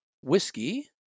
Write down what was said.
whiskey